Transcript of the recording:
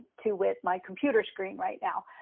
to with my computer screen right now.